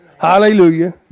hallelujah